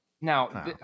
now